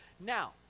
Now